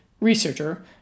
researcher